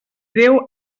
déu